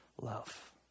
love